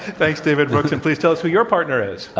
thanks, david brooks. and please tell us who your partner is.